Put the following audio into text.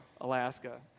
Alaska